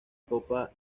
copa